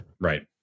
right